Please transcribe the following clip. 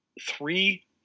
three